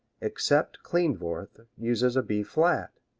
except klindworth, use a b flat.